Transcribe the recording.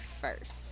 first